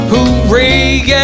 Hooray